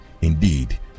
indeed